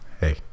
Hey